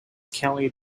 kelly